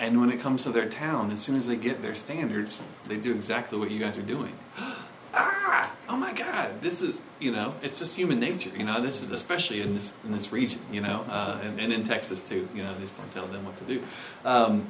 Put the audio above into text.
and when it comes to their town as soon as they get their standards they do exactly what you guys are doing oh my god this is you know it's just human nature you know this is especially in this in this region you know and then in texas to you know just fill them up to do